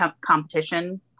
competition